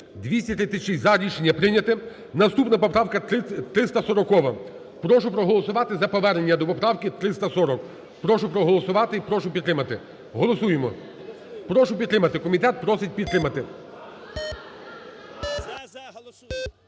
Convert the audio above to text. За-236 Рішення прийнято. Наступна поправка - 340. Прошу проголосувати за повернення до поправки 340. Прошу проголосувати і прошу підтримати. Голосуємо. Прошу підтримати, комітет просить підтримати.